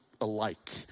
alike